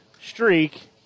streak